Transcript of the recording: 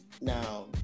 Now